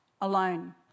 alone